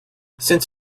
since